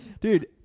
Dude